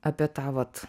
apie tą vat